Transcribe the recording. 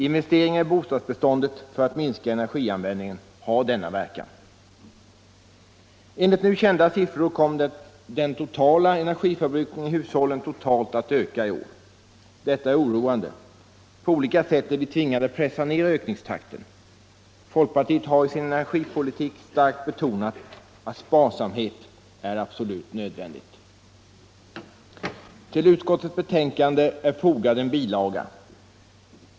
Investeringar i bostadsbeståndet för att minska energianvändningen har denna verkan. Enligt nu kända siffror kommer den totala energiförbrukningen i hushållen att öka i år. Detta är oroande. På olika sätt är vi tvingade att pressa ner ökningstakten. Folkpartiet har i sin energipolitik starkt betonat att sparsamhet är absolut nödvändig. Till utskottets betänkande har fogats en bilaga.